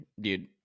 Dude